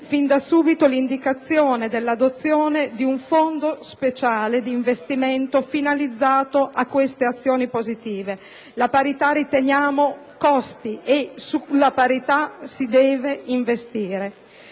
fin da subito, l'indicazione dell'adozione di un fondo speciale di investimento finalizzato a queste azioni positive. Riteniamo che la parità costi e che sulla parità si debba investire.